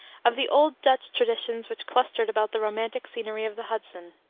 of the old dutch traditions which clustered about the romantic scenery of the hudson.